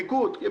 ביגוד.